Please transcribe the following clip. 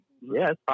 yes